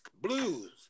Blues